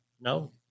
no